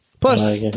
plus